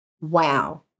wow